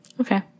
Okay